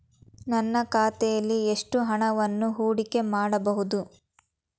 ನನ್ನ ಖಾತೆಯಲ್ಲಿ ಎಷ್ಟು ಹಣವನ್ನು ಹೂಡಿಕೆ ಮಾಡಬಹುದು?